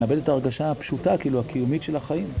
נאבד את הרגשה הפשוטה, כאילו, הקיומית של החיים.